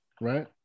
right